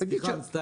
אז סליחה, מצטער.